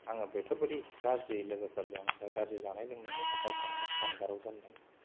आङो बेफोरबायदि गाज्रि लोगोफोरजों बा गाज्रि जानाय लोंनायनिफ्राय गावखौनो जानगाराव दोनदों